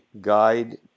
Guide